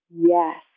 Yes